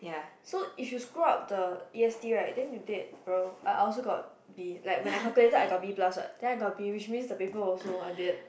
so is you scroll up the E_S_D right then you did around I I also got B like when like I calculated I got B plus right then I got be which mean the paper also and then